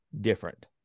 different